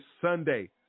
Sunday